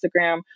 Instagram